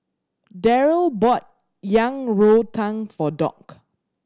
Derald bought Yang Rou Tang for Doc